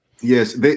Yes